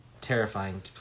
terrifying